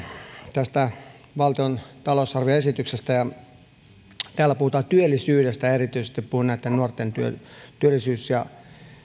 tästä valtion talousarvioesityksestä sivulta yhdeksännellä täällä puhutaan työllisyydestä erityisesti puhun nuorten työllisyys ja